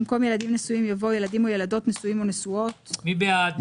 במקום "ילדים נשואים" יבוא "ילדים או ילדות נשואים או נשואות" מי בעד,